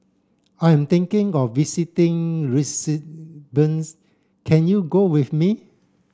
I am thinking of visiting can you go with me